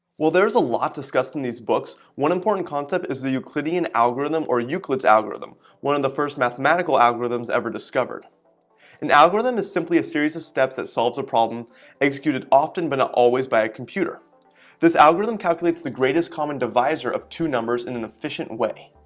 well, there's a lot discussed in these books one important concept is the euclidean algorithm or euclid's algorithm one of the first mathematical algorithms ever discovered an algorithm is simply a series of steps that solves a problem executed often but not always by a computer this algorithm calculates the greatest common divisor of two numbers in an efficient way.